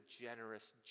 generous